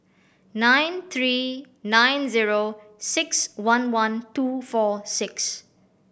nine three nine zero six one one two four six